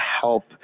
help